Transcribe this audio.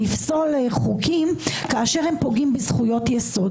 לפסול חוקים כאשר הם פוגעים בזכיות יסוד